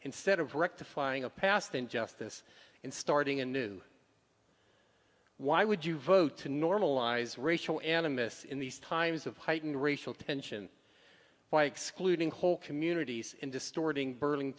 instead of rectifying a past injustice and starting a new why would you vote to normalize racial animus in these times of heightened racial tension by excluding whole communities and distorting burling